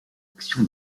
action